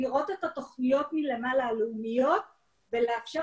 לראות את התוכניות הלאומיות מלמעלה ולאפשר